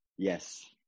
Yes